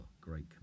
great